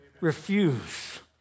Refuse